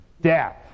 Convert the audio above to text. death